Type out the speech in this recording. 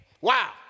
Wow